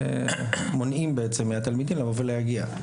בעצם מונעים מהתלמידים לבוא ולהגיע למקומות האלה.